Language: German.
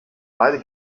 beide